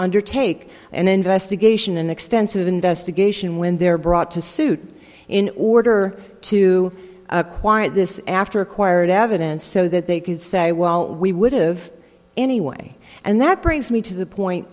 undertake an investigation an extensive investigation when they're brought to suit in order to acquire this after acquired evidence so that they could say well we would've anyway and that brings me to the point